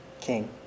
king